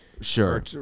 Sure